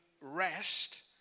rest